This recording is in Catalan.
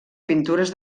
pintures